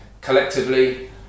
collectively